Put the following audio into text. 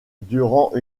durant